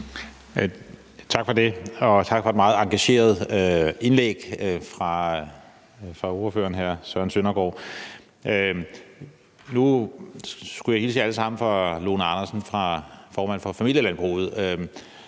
Tak for det, og tak for et meget engageret indlæg fra ordføreren for forslagsstillerne, hr. Søren Søndergaard. Jeg skulle hilse jer alle sammen fra Lone Andersen, formanden for Familielandbruget,